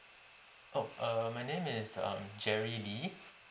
oh err my name is um jerry lee